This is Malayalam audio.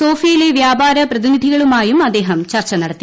സോഫിയയിലെ വ്യാപാര പ്രതിനിധികളുമായും അദ്ദേഹം ചർച്ച നടത്തി